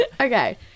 Okay